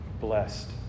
Blessed